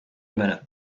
minute